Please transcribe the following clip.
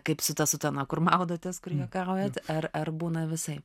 kaip su ta sutana kur maudotės kur juokaujat ar ar būna visaip